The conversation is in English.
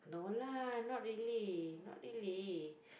no lah not really not really